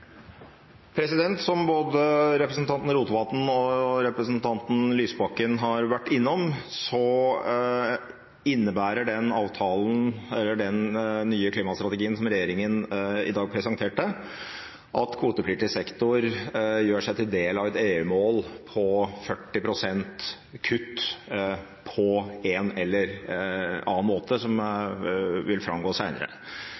Som både representanten Rotevatn og representanten Lysbakken har vært innom, innebærer den nye klimastrategien som regjeringen i dag presenterte, at kvotepliktig sektor gjør seg til del av et EU-mål på 40 pst. kutt på en eller annen måte som vil framgå